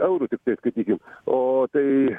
eurų tiktai skaitykim o tai